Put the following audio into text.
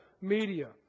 media